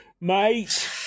mate